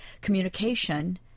communication